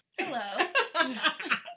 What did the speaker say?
hello